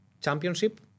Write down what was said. championship